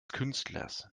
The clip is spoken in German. künstlers